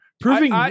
Proving